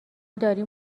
داریم